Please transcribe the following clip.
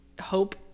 hope